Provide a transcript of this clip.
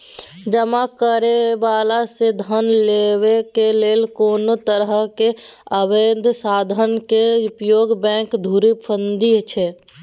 जमा करय बला सँ धन लेबाक लेल कोनो तरहक अबैध साधनक उपयोग बैंक धुरफंदी छै